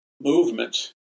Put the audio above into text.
movement